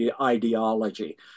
ideology